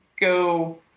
go